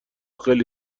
خیلی